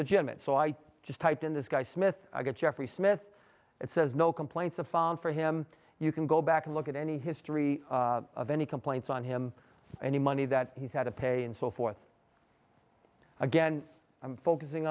legitimate so i just typed in this guy smith i got jeffrey smith it says no complaints of falling for him you can go back and look at any history of any complaints on him any money that he's had to pay and so forth again i'm focusing